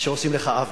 שעושים לך עוול.